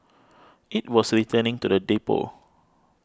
it was returning to the depot